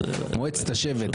מועצת השבט.